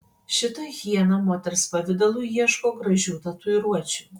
šita hiena moters pavidalu ieško gražių tatuiruočių